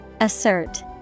Assert